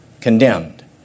condemned